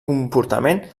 comportament